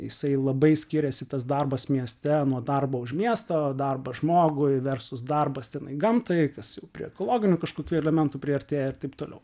jisai labai skiriasi tas darbas mieste nuo darbo už miesto darbas žmogui versus darbas tenai gamtai kas jau prie ekologinių kažkokių elementų priartėja ir taip toliau